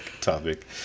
topic